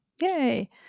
Yay